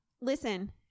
listen